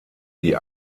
die